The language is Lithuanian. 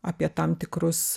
apie tam tikrus